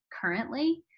currently